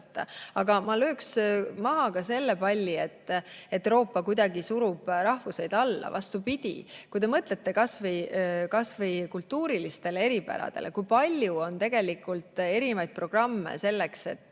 Aga ma lööks maha ka selle palli, et Euroopa kuidagi surub rahvuseid alla. Vastupidi, kui te mõtlete kas või kultuurilistele eripäradele – kui palju on tegelikult erinevaid programme selleks, et